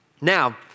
Now